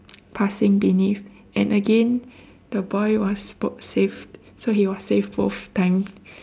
passing beneath and again the boy was bo~ saved so he was saved both times